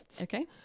Okay